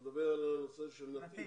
אני מדבר על הנושא של נתיב.